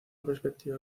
perspectiva